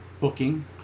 booking